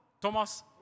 Thomas